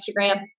Instagram